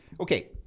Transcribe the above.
okay